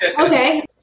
okay